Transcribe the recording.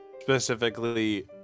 specifically